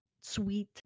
sweet